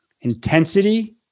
intensity